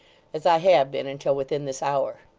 as i have been until within this hour.